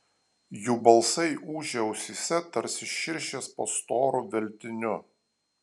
jų balsai ūžė ausyse tarsi širšės po storu veltiniu